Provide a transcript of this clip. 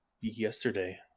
yesterday